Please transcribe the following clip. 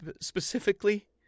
specifically